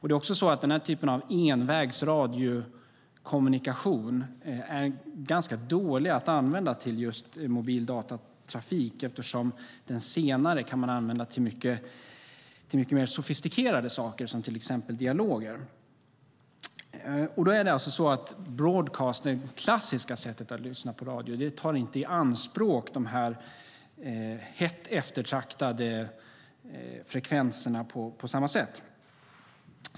Den här typen av envägsradiokommunikation är också ganska dålig att använda när det gäller just mobil datatrafik, eftersom man kan använda den senare till mycket mer sofistikerade saker, till exempel dialoger. Då är det alltså så att broadcast, det klassiska sättet att lyssna på radio, inte tar i anspråk de här hett eftertraktade frekvenserna på samma sätt.